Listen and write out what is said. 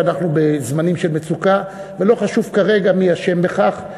אנחנו בזמנים של מצוקה, ולא חשוב כרגע מי אשם בכך.